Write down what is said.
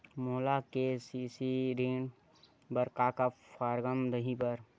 मोला के.सी.सी ऋण बर का का फारम दही बर?